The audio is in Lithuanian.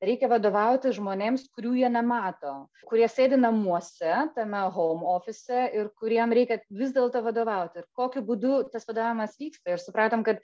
reikia vadovauti žmonėms kurių jie nemato kurie sėdi namuose tame houm ofise ir kuriem reikia vis dėlto vadovauti ir kokiu būdu tas vadovavimas vyksta ir supratom kad